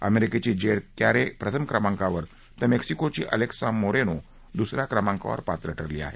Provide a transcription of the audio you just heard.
अमेरिकेची Jade Carey प्रथम क्रमाकावर तर मेक्सिकोची अलेक्सा मोरेनो दुस या क्रमाकावर पात्र ठरली आहे